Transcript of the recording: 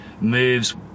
moves